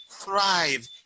Thrive